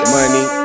money